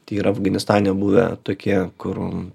tai yra afganistane buvę tokie kur